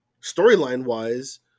storyline-wise